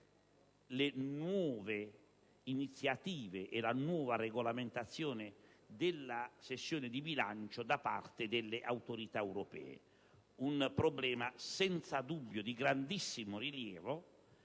le nuove iniziative e la nuova regolamentazione della sessione di bilancio da parte delle autorità europee. È un problema senza dubbio di grandissimo rilievo